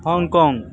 Hong Kong